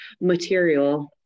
material